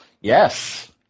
Yes